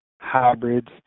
hybrids